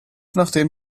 nachdem